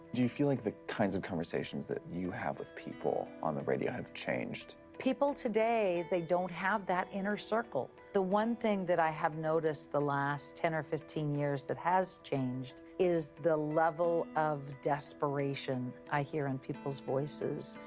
do you feel like the kinds of conversations that you with people on the radio have changed? people today, they don't have that inner circle. the one thing that i have noticed the last ten or fifteen years that has changed is the level of desperation i hear in people's voices.